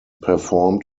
performed